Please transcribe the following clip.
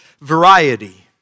variety